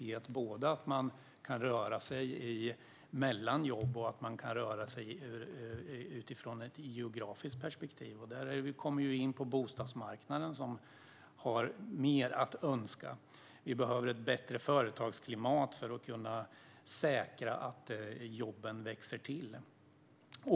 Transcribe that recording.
Det gäller både att man kan röra sig mellan jobb och utifrån ett geografiskt perspektiv. Det leder oss in på bostadsmarknaden, som lämnar mer att önska. Vi behöver ett bättre företagsklimat för att kunna säkra att jobben växer till.